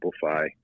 simplify